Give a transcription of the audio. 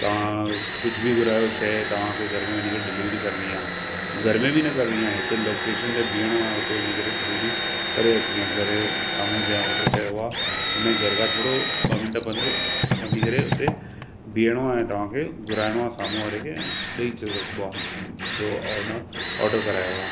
तव्हां कुझु बि घुरायो शइ तव्हांखे घर में वञी करे डिलेवरी करणी आहे घर में बि न करणी आहे हिकु लोकेशन ते बीहणो आहे हुते वञी करे डिलेवरी करे अचणी आहे घर जे साम्हूं जंहिं ऑडर कयो आहे हुन ई घर का थोरो ॿ मिंट पंधु वञी करे हुते बीहणो आहे ऐं तव्हांखे घुराइणो आहे साम्हूं वारे खे ऐं ॾई अचु सघिबो आहे जो उन ऑडर करायो आहे